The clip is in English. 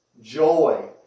joy